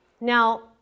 Now